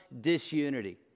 disunity